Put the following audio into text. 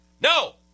No